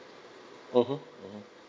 mmhmm mmhmm